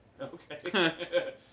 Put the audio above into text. Okay